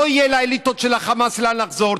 שלא יהיה לאליטות של החמאס לאן לחזור.